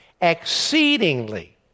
exceedingly